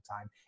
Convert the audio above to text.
time